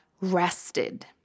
rested